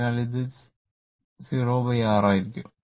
അതിനാൽ ഇത് 0R ആയിരിക്കും